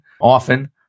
often